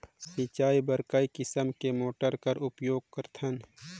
सिंचाई बर कई किसम के मोटर कर उपयोग करथन?